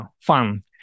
fun